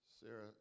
Sarah